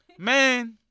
Man